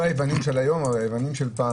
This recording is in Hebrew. לא היוונים של היום הם היוונים של פעם